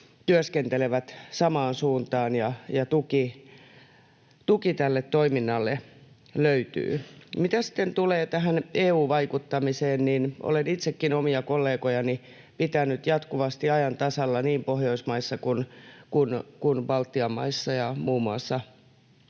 työskentelevät samaan suuntaan ja tuki tälle toiminnalle löytyy. Mitä sitten tulee tähän EU-vaikuttamiseen, niin olen itsekin omia kollegojani pitänyt jatkuvasti ajan tasalla niin Pohjoismaissa kuin Baltian maissa ja muun muassa Puolassa,